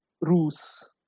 Rus